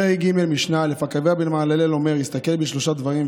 פרק ג' משנה א': "עקביא בן מהללאל אומר: הסתכל בשלושה דברים,